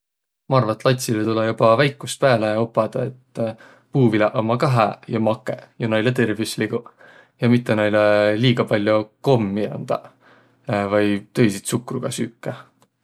Ma arva, et latsilõ tulõ joba väikust pääle opadaq, et puuviläq ommaq ka hääq ja makõq ja noilõ tervüsliguq ja mitte näile liiga pall'o kommi andaq vai tõisi tsukruga süüke.